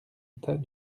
état